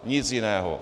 Nic jiného.